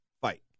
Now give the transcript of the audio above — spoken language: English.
fight